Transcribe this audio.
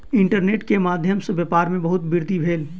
internet के माध्यम सॅ व्यापार में बहुत वृद्धि भेल